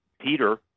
Peter